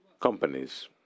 companies